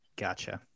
gotcha